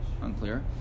Unclear